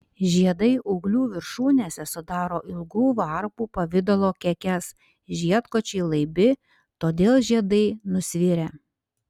žiedai ūglių viršūnėse sudaro ilgų varpų pavidalo kekes žiedkočiai laibi todėl žiedai nusvirę